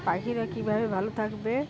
পাখিরা কীভাবে ভালো থাকবে